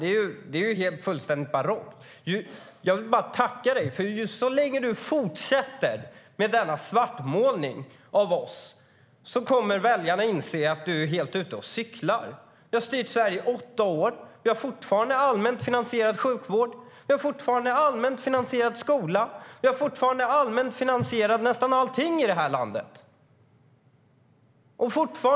Det är ju fullständigt barockt. Så länge som du fortsätter med denna svartmålning av oss kommer väljarna att inse att du är helt ute och cyklar. Vi har styrt Sverige i åtta år, och man har fortfarande en allmänt finansierad sjukvård, en allmänt finansierad skola. Nästan allting i det här landet är allmänt finansierat.